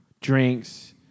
drinks